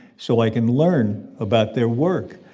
so i can learn about their work.